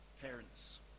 parents